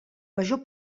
major